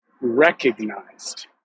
recognized